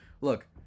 Look